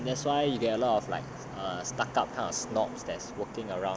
that's why you get a lot of like err stuck up kind of snobs that is working around